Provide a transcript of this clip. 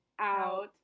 out